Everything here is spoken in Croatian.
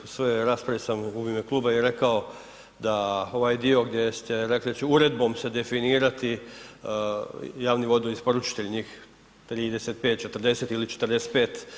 U svojoj raspravi sam u ime kluba i rekao da ovaj dio gdje ste rekli da će uredbom se definirati javni vodni isporučitelji, njih 34, 40 ili 45.